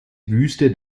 wüste